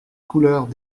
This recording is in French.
couleurs